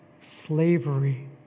slavery